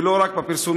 ולא רק בפרסומים?